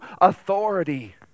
authority